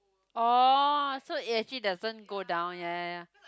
orh so it actually doesn't go down ya ya ya